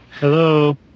Hello